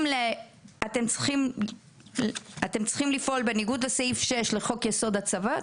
אתם צריכים לפעול בניגוד לסעיף 6 לחוק-יסוד: הצבא,